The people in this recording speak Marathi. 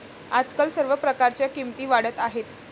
आजकाल सर्व प्रकारच्या किमती वाढत आहेत